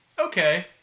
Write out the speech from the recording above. Okay